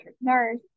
nurse